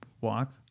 walk